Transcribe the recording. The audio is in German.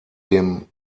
dem